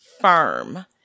firm